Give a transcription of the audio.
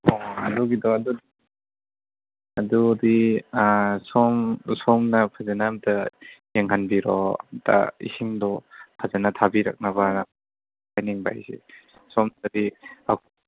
ꯑꯣ ꯑꯗꯨꯒꯤꯗꯣ ꯑꯗꯨꯗꯤ ꯑꯥ ꯁꯣꯝ ꯁꯣꯝꯅ ꯐꯖꯅ ꯑꯃꯨꯛꯇ ꯌꯦꯡꯍꯟꯕꯤꯔꯣ ꯑꯃꯨꯛꯇ ꯏꯁꯤꯡꯗꯣ ꯐꯖꯅ ꯊꯥꯕꯤꯔꯛꯅꯕꯅ ꯍꯥꯏꯅꯤꯡꯕ ꯑꯩꯁꯦ ꯁꯣꯝꯗꯗꯤ